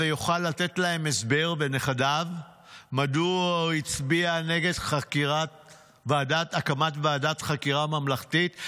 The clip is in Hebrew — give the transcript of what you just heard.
ויוכל לתת להם הסבר מדוע הוא הצביע נגד הקמת ועדת חקירה ממלכתית,